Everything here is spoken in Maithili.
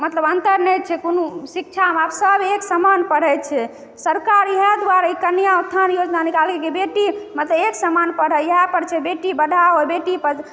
मतलब अन्तर नहि छै मतलब कोनो शिक्षामे आब सब एक समान पढ़ै छै सरकार एहि दुआरे कन्यादान योजना निकाललकै जे बेटी एक सामान पढ़ै इएहपर छै बेटी पढ़ाओ बेटी बढ़ाओ